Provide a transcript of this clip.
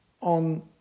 on